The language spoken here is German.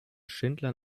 schindler